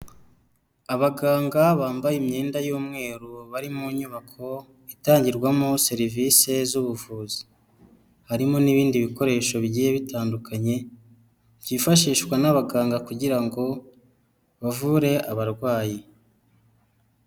Abaganga bambaye imyenda y'umweru, bari mu nyubako itangirwamo serivisi z'ubuvuzi. Harimo n'ibindi bikoresho bigiye bitandukanye, byifashishwa n'abaganga kugira ngo bavure abarwayi.